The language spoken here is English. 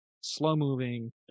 slow-moving